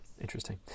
Interesting